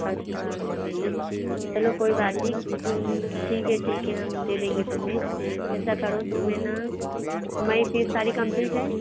अच्छा चलो कोई बात नहीं तुम ठीक है ठीक है हम दे देंगे तुम्हें ऐसा करो तुम है ना तुम्हारी फिस सारी कंप्लीट है